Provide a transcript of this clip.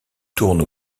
tournent